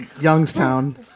Youngstown